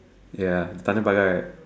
ya Tanjong-Pagar right